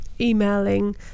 emailing